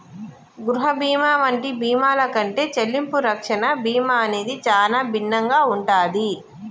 గృహ బీమా వంటి బీమాల కంటే చెల్లింపు రక్షణ బీమా అనేది చానా భిన్నంగా ఉంటాది